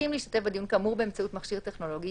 הסכים להשתתף בדיון כאמור באמצעות מכשיר טכנולוגי,